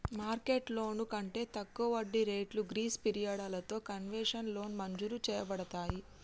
market లోన్లు కంటే తక్కువ వడ్డీ రేట్లు గ్రీస్ పిరియడలతో కన్వెషనల్ లోన్ మంజురు చేయబడతాయి